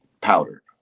powder